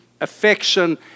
affection